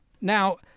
Now